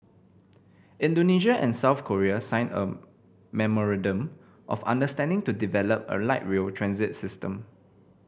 Indonesia and South Korea signed a memorandum of understanding to develop a light rail transit system